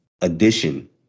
addition